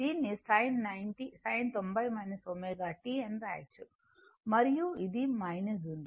దీన్ని sin 90 o ω t అని రాయొచ్చు మరియు ఇది ఉంది